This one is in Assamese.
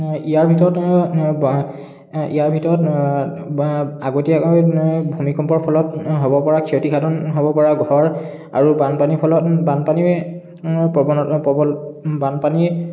ইয়াৰ ভিতৰত ইয়াৰ ভিতৰত আগতীয়াভাৱে ভুমিকম্পৰ ফলত হ'ব পৰা ক্ষতিসাধন হ'ব পৰা ঘৰ আৰু বানপানীৰ ফলত বানপানী প্ৰবল প্ৰবল বানপানীৰ